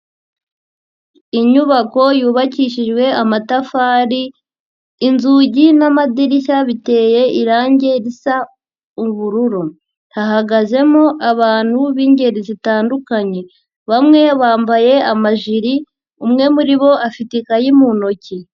Inyubako yubakishijwe amatafari, inzugi n'amadirishya biteye irange risa ubururu. hahagazemo abantu b'ingeri zitandukanye. Bamwe bambaye amajiri, umwe muri bo afite ikayi mu ntoki.